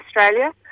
Australia